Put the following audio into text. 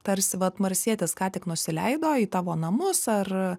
tarsi vat marsietis ką tik nusileido į tavo namus ar